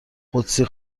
قدسی